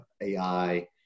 AI